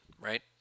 right